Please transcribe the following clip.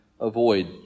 avoid